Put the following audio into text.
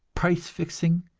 price-fixing,